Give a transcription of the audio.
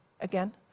again